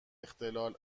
اختلال